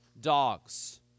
dogs